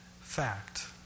fact